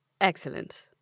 excellent